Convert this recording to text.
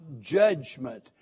judgment